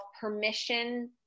permission